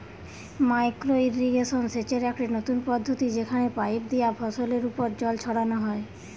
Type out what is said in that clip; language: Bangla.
মাইক্রো ইর্রিগেশন সেচের একটি নতুন পদ্ধতি যেখানে পাইপ দিয়া ফসলের ওপর জল ছড়ানো হয়